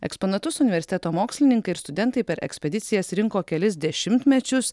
eksponatus universiteto mokslininkai ir studentai per ekspedicijas rinko kelis dešimtmečius